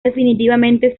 definitivamente